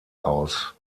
aus